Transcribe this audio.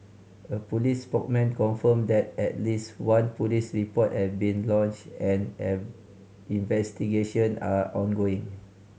a police spokesman confirmed that at least one police report has been lodged and an investigation are ongoing